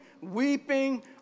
weeping